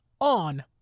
on